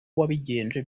wabigenje